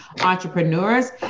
entrepreneurs